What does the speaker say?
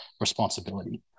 responsibility